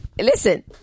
Listen